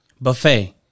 Buffet